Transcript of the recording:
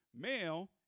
Male